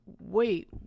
wait